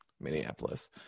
Minneapolis